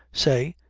say,